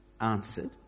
answered